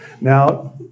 Now